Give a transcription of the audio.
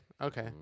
Okay